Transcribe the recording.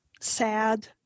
sad